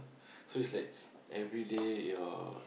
so it's like everyday your